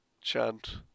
chant